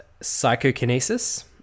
Psychokinesis